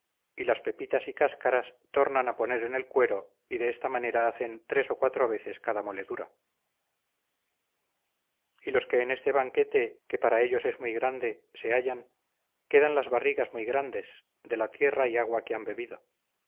y las pepitas y cáscaras tornan a poner en el cuero y de esta manera hacen tres o cuatro veces cada moledura y los que en este banquete que para ellos es muy grande se hallan quedan las barrigas muy grandes de la tierra y agua que han bebido